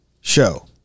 Show